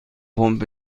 پمپ